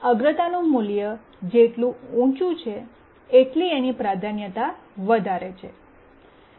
અગ્રતાનું મૂલ્ય જેટલું ઊંચું છે એટલી એની પ્રાધાન્યતા વધારે છે